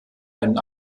einen